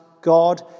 God